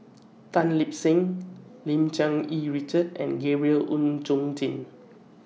Tan Lip Seng Lim Cherng Yih Richard and Gabriel Oon Chong Jin